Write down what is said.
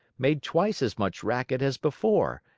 made twice as much racket as before,